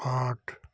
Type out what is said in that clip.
आठ